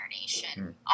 Nation